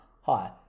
hi